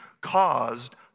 caused